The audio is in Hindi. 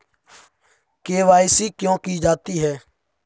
के.वाई.सी क्यों की जाती है?